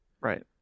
Right